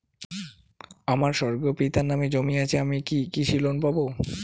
আমার স্বর্গীয় পিতার নামে জমি আছে আমি কি কৃষি লোন পাব?